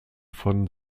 von